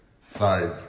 side